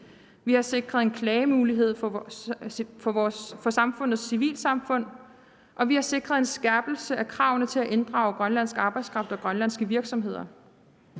Vi har sikret en klagemulighed for samfundets civilsamfund, og vi har sikret en skærpelse af kravene til at inddrage grønlandsk arbejdskraft og grønlandske virksomheder.